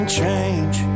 change